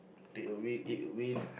take a wind eat a wind